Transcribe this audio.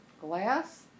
Glass